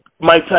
Mike